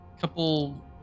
couple